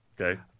Okay